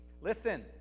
Listen